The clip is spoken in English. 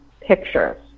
pictures